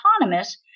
autonomous